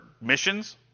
missions